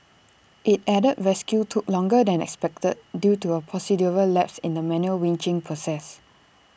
IT added rescue took longer than expected due to A procedural lapse in the manual winching process